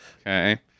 Okay